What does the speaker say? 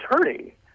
attorney